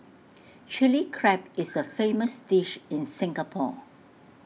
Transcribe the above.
Chilli Crab is A famous dish in Singapore